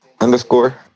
underscore